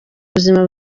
buzima